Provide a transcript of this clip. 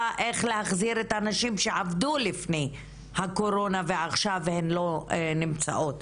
איך להחזיר את הנשים שעבדו לפני הקורונה ועכשיו הן לא נמצאות.